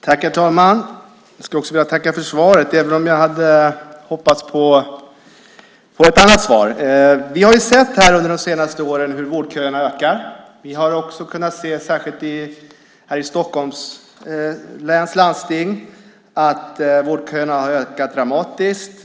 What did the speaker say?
Herr talman! Jag vill tacka för svaret, även om jag hade hoppats på ett annat svar. Vi har sett under de senaste åren hur vårdköerna ökar. Särskilt här i Stockholms läns landsting har vårdköerna ökat dramatiskt.